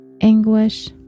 anguish